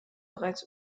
bereits